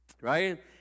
right